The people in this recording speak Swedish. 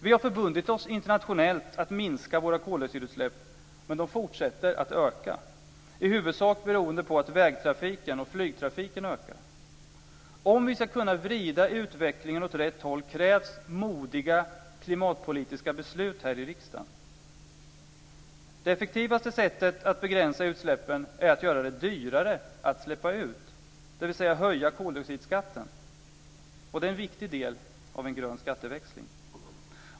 Vi har förbundit oss internationellt att minska våra koldioxidutsläpp, men de fortsätter att öka i huvudsak beroende på att vägtrafiken och flygtrafiken ökar. Om vi ska kunna vrida utvecklingen åt rätt håll krävs modiga klimatpolitiska beslut här i riksdagen. Det effektivaste sättet att begränsa utsläppen är att göra det dyrare att släppa ut, dvs. att höja koldioxidskatten, och det är en viktig del av en grön skatteväxling.